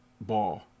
ball